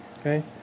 Okay